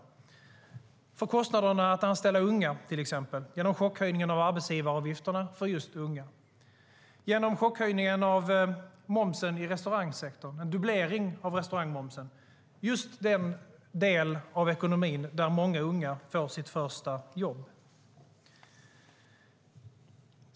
Det gäller till exempel kostnaderna för att anställa unga, chockhöjningen av arbetsgivaravgifterna för unga och chockhöjningen - en dubblering - av momsen i restaurangsektorn. Det är just den del av ekonomin där många unga får sitt första jobb.